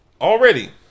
Already